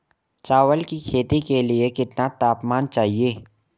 चावल की खेती के लिए कितना तापमान चाहिए?